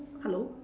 hello